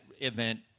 event